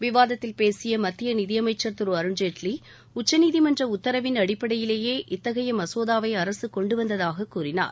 விவாதத்தில் பேசிய மத்திய நிதியஸமச்சர் திரு அருண்ஜேட்லி உச்சநீதிமன்ற உத்தரவின் அடிப்படையிலேயே இத்தகைய மசோதாவை அரசு கொண்டு வந்ததாகக் கூறினார்